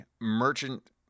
merchant